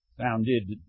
founded